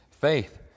faith